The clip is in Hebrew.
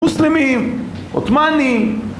מוסלמים, עות'מאנים